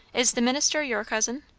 is the minister your cousin?